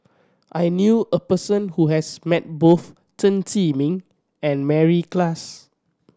I knew a person who has met both Chen Zhiming and Mary Klass